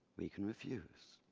we can refuse.